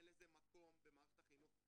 אין לזה מקום במערכת החינוך.